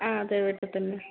ആ അതെ വീട്ടിൽ തന്നെ